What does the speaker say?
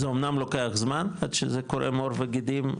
זה אמנם לוקח זמן עד שזה קורם עור וגידים,